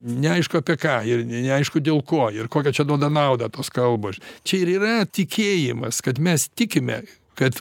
neaišku apie ką ir neaišku dėl ko ir kokia čia duoda naudą tos kalbos čia ir yra tikėjimas kad mes tikime kad